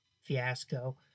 fiasco